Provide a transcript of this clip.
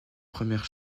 première